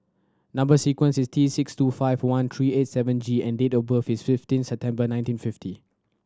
number sequence is T six two five one three eight seven G and date of birth is fifteen September nineteen fifty